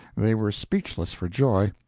they were speechless for joy.